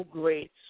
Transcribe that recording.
great